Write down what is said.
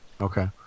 Okay